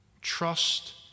trust